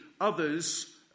others